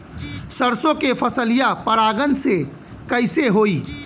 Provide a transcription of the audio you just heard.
सरसो के फसलिया परागण से कईसे होई?